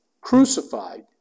crucified